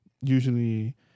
usually